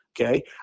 okay